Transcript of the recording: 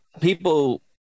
people